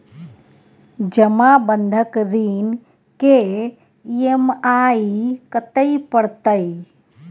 जमा बंधक ऋण के ई.एम.आई कत्ते परतै?